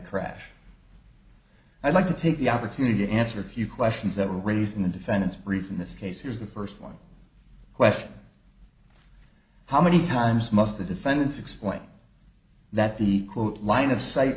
crash i'd like to take the opportunity to answer a few questions that were raised in the defendant's brief in this case here's the first one question how many times must the defendants explain that the quote line of si